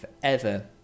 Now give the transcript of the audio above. forever